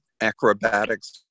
acrobatics